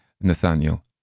Nathaniel